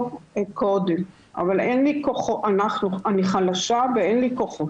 קודם, אבל אין לי כוחות, אני חלשה ואין לי כוחות.